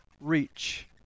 reach